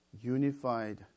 unified